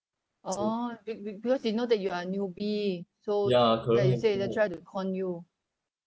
orh be~ be~ because he know that you are newbie so like you said they try to con you